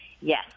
Yes